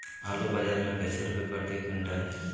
आलू बाजार मे कैसे रुपए प्रति क्विंटल है?